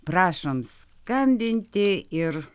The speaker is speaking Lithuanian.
prašom skambinti ir